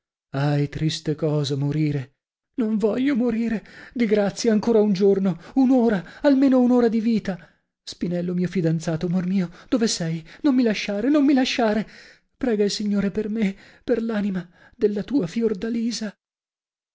ahi triste cosa morire non voglio morire di grazia ancora un giorno un'ora almeno un'ora di vita spinello mio fidanzato amor mio dove sei non mi lasciare non mi lasciare prega il signore per me per l'anima della tua fiordalisa